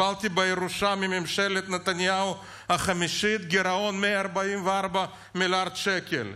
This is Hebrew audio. קיבלתי בירושה מממשלת נתניהו החמישית גירעון של 144 מיליארד שקל.